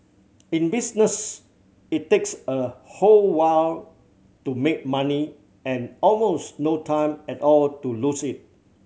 in business it takes a whole while to make money and almost no time at all to lose it